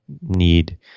need